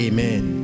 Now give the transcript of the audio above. Amen